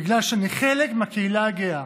בגלל שאני חלק מהקהילה הגאה.